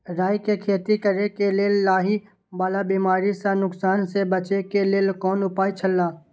राय के खेती करे के लेल लाहि वाला बिमारी स नुकसान स बचे के लेल कोन उपाय छला?